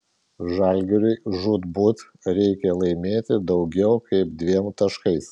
žalgiriui žūtbūt reikia laimėti daugiau kaip dviem taškais